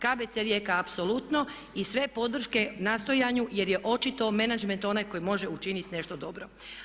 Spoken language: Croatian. KBC Rijeka apsolutno i sve podrške nastojanju jer je očito menadžment onaj koji može učiniti nešto dobro.